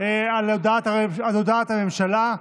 על הודעת הממשלה.